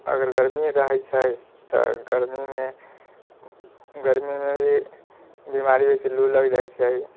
अगर गर्मी रहै छै तऽ गर्मीमे गर्मीमे भी बीमारी जैसे लू लग जाइ छै